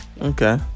Okay